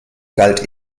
galt